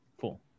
Cool